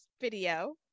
video